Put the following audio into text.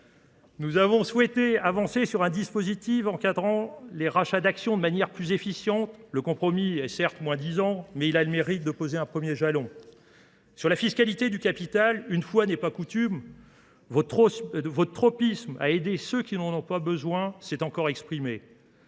Nous avons souhaité avancer sur un dispositif encadrant les rachats d'actions de manière plus efficiente. Le compromis est certes moins dix ans, mais il a le mérite de poser un premier jalon. Sur la fiscalité du capital, une fois n'est pas coutume, votre tropisme à aider ceux qui n'en ont pas besoin s'est encore exprimé.